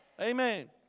Amen